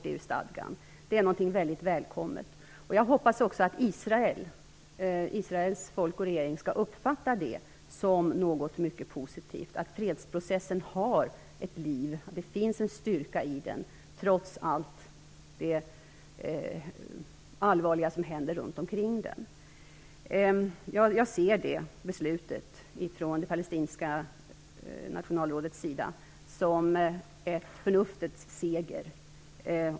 Det är någonting väldigt välkommet, och jag hoppas att också Israels folk och dess regering skall uppfatta det som något mycket positivt. Fredsprocessen har ett liv; det finns en styrka i den trots allt det allvarliga som händer runt omkring den. Jag ser det palestinska nationella rådets beslut som en förnuftets seger.